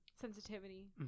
sensitivity